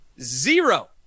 Zero